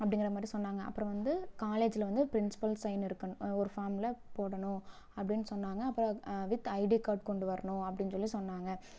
அப்படிங்கிறமாரி சொன்னாங்கள் அப்புறம் வந்து காலேஜ்ல வந்து பிரின்ஸ்பல் சைன் இருக்கணும் ஒரு ஃபாம்ல போடணும் அப்படினு சொன்னாங்கள் அப்புறம் வித் ஐடிக் கார்டு கொண்டுவரணும் அப்படின்னு சொல்லிச் சொன்னாங்கள்